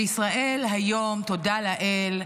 בישראל היום, תודה לאל,